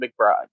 McBride